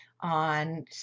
on